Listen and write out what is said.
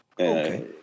Okay